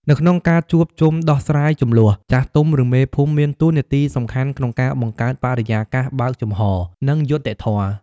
នៅក្នុងការជួបជុំដោះស្រាយជម្លោះ ចាស់ទុំ ឬមេភូមិមានតួនាទីសំខាន់ក្នុងការបង្កើតបរិយាកាសបើកចំហ និងយុត្តិធម៌។